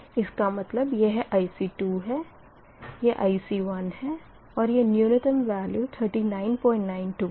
इसका मतलब यह IC2 है यह IC1 है और न्यूनतम वेल्यू 3992 है